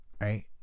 right